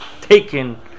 taken